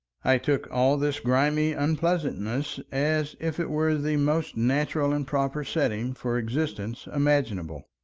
i took all this grimy unpleasantness as if it were the most natural and proper setting for existence imaginable.